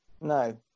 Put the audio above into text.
No